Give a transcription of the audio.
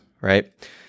right